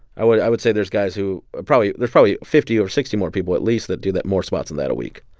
i would i would say there's guys who ah probably there's probably fifty or sixty more people, at least, that do that more spots than and that a week